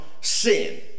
sin